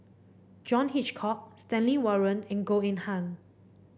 John Hitchcock Stanley Warren and Goh Eng Han